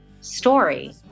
story